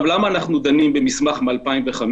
למה אנחנו דנים במסמך מי-2005,